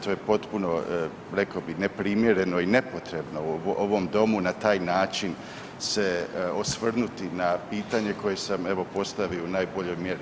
To je potpuno rekao bih neprimjereno i nepotrebno u ovom Domu na taj način se osvrnuti na pitanje koje sam postavio u najboljoj mjeri.